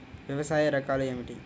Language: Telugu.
వ్యవసాయ రకాలు ఏమిటి?